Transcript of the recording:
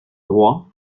droit